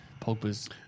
Pogba's